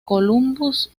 columbus